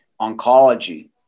oncology